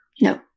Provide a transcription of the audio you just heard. No